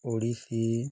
Odissi